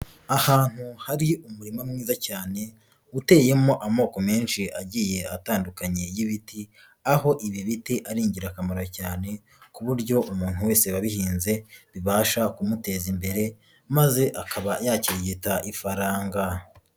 Ahantu hari umurima mwiza cyane uteyemo amoko menshi agiye atandukanye y'ibiti, aho ibi biti ari ingirakamaro cyane, ku buryo umuntu wese wabihinze, bibasha kumuteza imbere maze akaba yakirigita ifaranga.